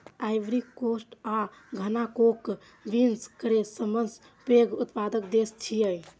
Ivory Coast आ Ghana cocoa beans केर सबसं पैघ उत्पादक देश छियै